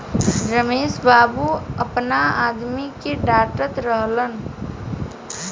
रमेश बाबू आपना आदमी के डाटऽत रहलन